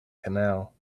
canal